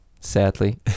sadly